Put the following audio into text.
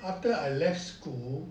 after I left school